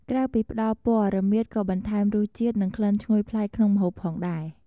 ក្រៅពីផ្តល់ពណ៌ រមៀតក៏បន្ថែមរសជាតិ និងក្លិនឈ្ងុយប្លែកក្នុងម្ហូបផងដែរ ។